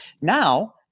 Now